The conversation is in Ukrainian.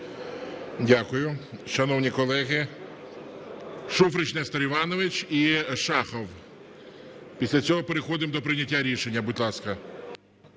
Дякую. Шановні колеги, Шуфрич Нестор Іванович і Шахов, після цього переходимо до прийняття рішення. Будь ласка.